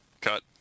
cut